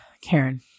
karen